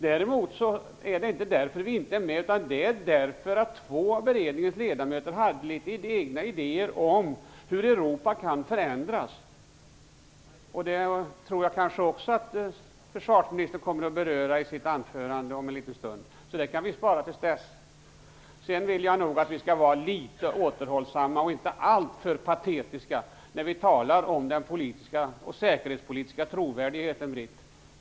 Däremot är det inte av den anledningen vi inte är med, utan det är därför att två av beredningens ledamöter hade litet egna idéer om hur Europa kan förändras. Den saken kanske försvarsministern kommer att beröra i sitt anförande om en liten stund, så det kan vi spara till dess. Jag tycker vi skall vara litet återhållsamma och inte alltför patetiska när vi talar om den politiska och säkerhetspolitiska trovärdigheten.